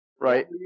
Right